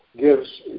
gives